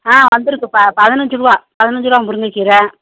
ஆ வந்துருக்குதுப்பா பதினைஞ்சிரூவா பதினைஞ்சிரூபா முருங்கக்கீரை